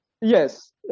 Yes